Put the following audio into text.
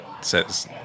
says